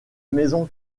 maison